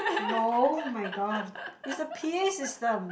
no my god it's the p_a system